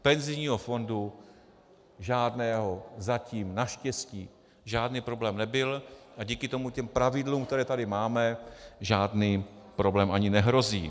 U penzijního fondu žádného zatím naštěstí žádný problém nebyl a díky těm pravidlům, která tady máme, žádný problém ani nehrozí.